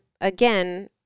Again